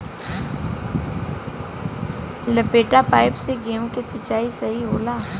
लपेटा पाइप से गेहूँ के सिचाई सही होला?